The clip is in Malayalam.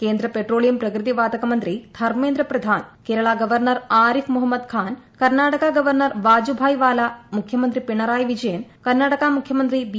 കേന്ദ്ര പെട്രോളിയം പ്രകൃതി വാതക മന്ത്രി ധർമ്മേന്ദ്ര പ്രധാൻ കേരള ഗവർണർ ആരിഫ് മുഹമ്മദ് ഖാൻ കർണാടക ഗവർണർ വാജുഭായ് വാല മുഖ്യമന്ത്രി പിണറായി വിജയൻ കർണാടക മുഖ്യമന്ത്രി ബി